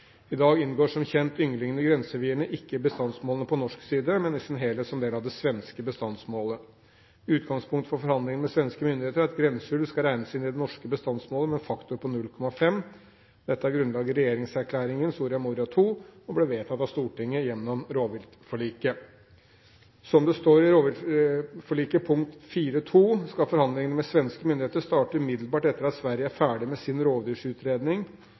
I dag inngår som kjent ynglingene i grenserevirene ikke i bestandsmålet på norsk side, men i sin helhet som del av det svenske bestandsmålet. Utgangspunktet for forhandlingene med svenske myndigheter er at grenseulv skal regnes inn i det norske bestandsmålet med en faktor på 0,5. Dette har grunnlag i regjeringserklæringen, Soria Moria II, og ble vedtatt av Stortinget gjennom rovviltforliket. Som det står i rovviltforliket punkt 4.2, skal forhandlingene med svenske myndigheter starte umiddelbart etter at Sverige er ferdig med sin rovdyrutredning.